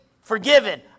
forgiven